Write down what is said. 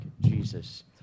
Jesus